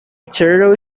turtle